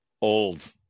old